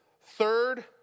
Third